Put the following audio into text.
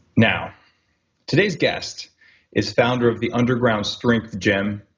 now today's guest is founder of the underground strength gym,